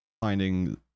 finding